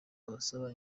abasaba